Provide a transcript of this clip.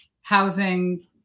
housing